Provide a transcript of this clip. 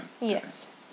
Yes